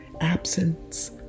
absence